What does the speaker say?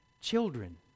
Children